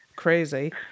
crazy